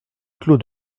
clos